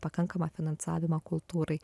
pakankamą finansavimą kultūrai